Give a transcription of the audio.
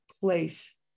place